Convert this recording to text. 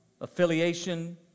affiliation